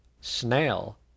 snail